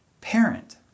parent